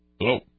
Hello